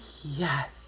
yes